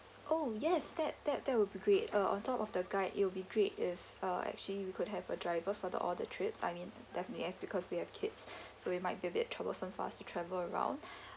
oh yes that that that will be great uh on top of the guide it will be great if uh actually we could have a driver for the all the trips I mean definitely as because we have kids so it might be a bit troublesome for us to travel around